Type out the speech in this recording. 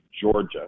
Georgia